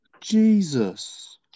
Jesus